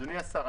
אדוני השר,